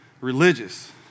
religious